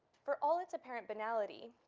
for all its apparent banality,